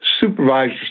supervisors